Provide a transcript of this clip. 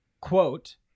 quote